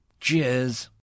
Cheers